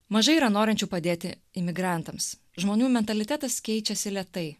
mažai yra norinčių padėti imigrantams žmonių mentalitetas keičiasi lėtai